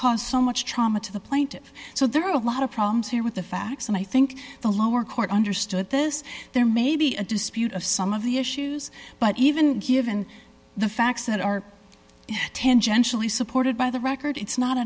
caused so much trauma to the plaintive so there are a lot of problems here with the facts and i think the lower court understood this there may be a dispute of some of the issues but even given the facts that are tangentially supported by the record it's not